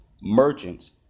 merchants